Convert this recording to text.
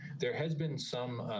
there has been some